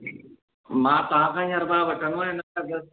मां तव्हांखां ई हर बार वठंदो आहियां इन अॻियां